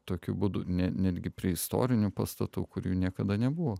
tokiu būdu net netgi prie istorinių pastatų kurių niekada nebuvo